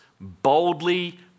boldly